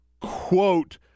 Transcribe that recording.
quote